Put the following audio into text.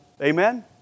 Amen